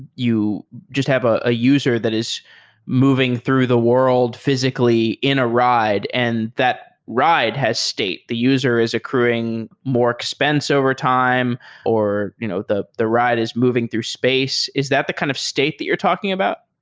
you just have a ah user that is moving through the world physically in a ride and that ride has state? the user is accruing more expense over time or you know the the ride is moving through space. is that the kind of state that you're talking about?